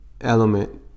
element